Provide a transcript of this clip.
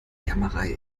jammerei